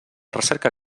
recerca